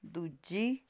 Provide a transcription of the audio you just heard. ਦੂਜੀ